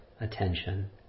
attention